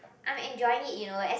I'm enjoying it you know as